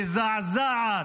מזעזעת.